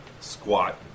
Squat